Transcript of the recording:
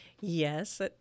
Yes